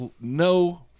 no